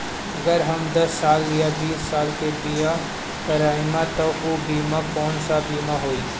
अगर हम दस साल या बिस साल के बिमा करबइम त ऊ बिमा कौन सा बिमा होई?